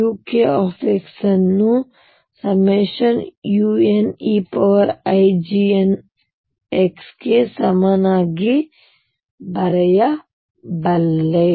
ನಾನು uk ಅನ್ನು nuneiGnx ಗೆ ಸಮನಾಗಿ ಬರೆಯಬಲ್ಲೆ